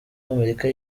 amerika